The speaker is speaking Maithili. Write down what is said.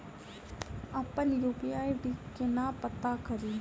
अप्पन यु.पी.आई आई.डी केना पत्ता कड़ी?